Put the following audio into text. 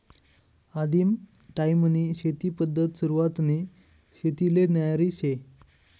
आदिम टायीमनी शेती पद्धत सुरवातनी शेतीले न्यारी शे